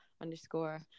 underscore